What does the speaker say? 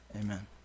amen